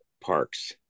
parks